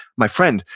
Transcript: my friend,